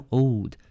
old